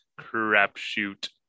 crapshoot